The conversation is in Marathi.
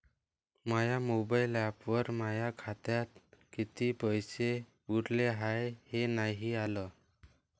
माया मोबाईल ॲपवर माया खात्यात किती पैसे उरले हाय हे नाही आलं